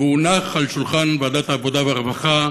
והונח על שולחן ועדת העבודה והרווחה